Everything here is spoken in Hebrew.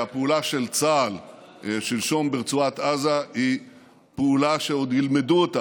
והפעולה של צה"ל שלשום ברצועת עזה היא פעולה שעוד ילמדו אותה